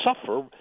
suffer